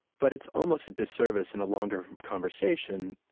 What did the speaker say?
but it's almost a disservice in a longer conversation,